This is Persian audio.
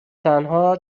تنها